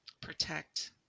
protect